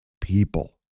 people